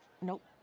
nope